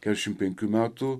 keturiasdešimt penkių metų